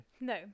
No